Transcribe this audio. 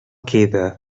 queda